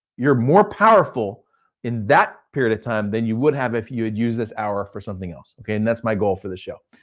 you're more powerful in that period of time than you would have if you would use this hour for something else. and that's my goal for this show.